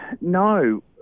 No